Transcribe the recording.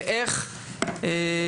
חבר הכנסת הלוי,